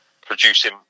producing